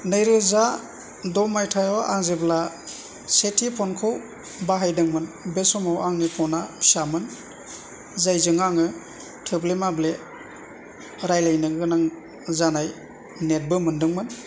नैरोजा द' मायथाइयाव आं जेब्ला सेथि फनखौ बाहायदोंमोन बे समाव आंनि फन आ फिसामोन जायजों आङो थोब्ले माब्ले रायलायनो गोनां जानाय नेट बो मोन्दोंमोन